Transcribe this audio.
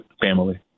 family